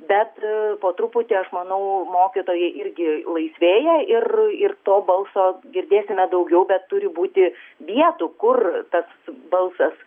bet po truputį aš manau mokytojai irgi laisvėja ir ir to balso girdėsime daugiau bet turi būti vietų kur tas balsas